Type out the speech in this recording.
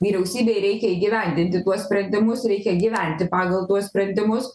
vyriausybei reikia įgyvendinti tuos sprendimus reikia gyventi pagal tuos sprendimus